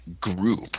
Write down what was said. group